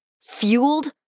fueled